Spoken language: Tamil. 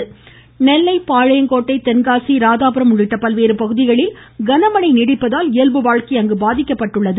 நெல்லை மழை நெல்லை பாளையங்கோட்டை தென்காசி ராதாபுரம் உள்ளிட்ட பல்வேறு பகுதிகளில் கனமழை நீடிப்பதால் இயல்பு வாழ்க்கை பாதிக்கப்பட்டுள்ளது